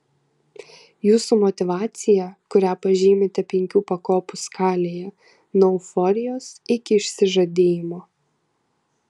jūsų motyvacija kurią pažymite penkių pakopų skalėje nuo euforijos iki išsižadėjimo